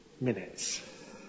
minutes